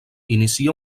inicia